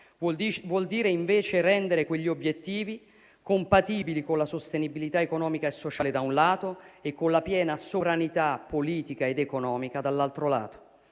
vuol dire invece rendere quegli obiettivi compatibili con la sostenibilità economica e sociale, da un lato, e con la piena sovranità politica ed economica, dall'altro lato.